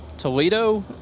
Toledo